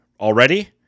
already